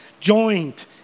joint